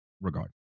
regard